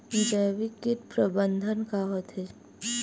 जैविक कीट प्रबंधन का होथे?